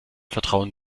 vertrauen